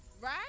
Right